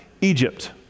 Egypt